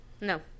No